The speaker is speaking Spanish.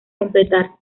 completar